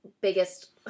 biggest